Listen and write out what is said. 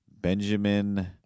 Benjamin